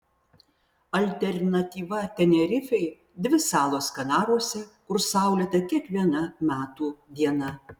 alternatyva tenerifei dvi salos kanaruose kur saulėta kiekviena metų diena